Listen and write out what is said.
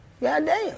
Goddamn